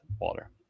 water